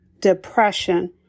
depression